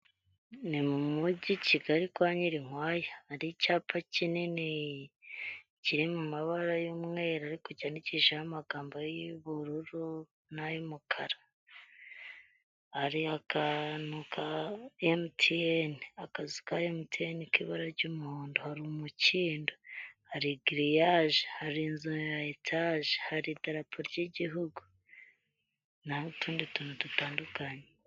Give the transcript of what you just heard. Ni mu mujyi i Kigali kwa Nyirinkwaya. Hari icyapa kinini kiri mu mabara y'umweru, ariko cyandikishijeho amagambo y'ubururu n'ay'umukara. Hari akantu ka MTN, akazu ka MTN k'ibara ry'umuhondo, hari umukindo, hari giriyaje, hari inzu ya etaje, hari idarapo ry'igihugu. N'utundi tuntu dutandukanye.